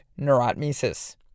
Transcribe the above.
neurotmesis